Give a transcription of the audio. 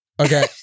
Okay